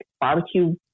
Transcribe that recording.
barbecue